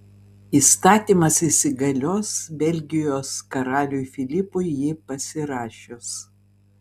įstatymas įsigalios belgijos karaliui filipui jį pasirašius